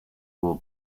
wore